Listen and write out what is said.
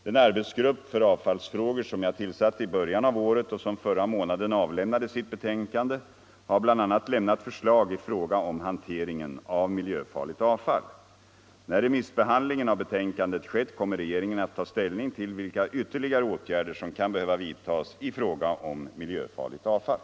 Den arbetsgrupp för avfallsfrågor som jag tillsatte i början av året och som förra månaden avlämnade sitt betänkande har bl.a. lämnat förslag När remissbehandlingen av betänkandet skett kommer regeringen att ta ställning till vilka ytterligare åtgärder som kan behöva vidtas i fråga om miljöfarligt avfall.